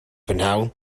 prynhawn